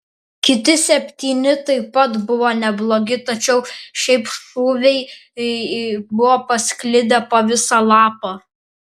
kiti septyni taip pat buvo neblogi tačiau šiaip šūviai buvo pasklidę po visą lapą